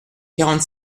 quarante